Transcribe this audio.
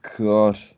God